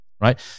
right